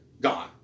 gone